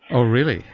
oh really?